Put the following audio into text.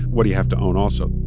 what do you have to own also?